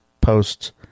posts